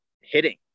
hitting